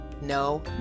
No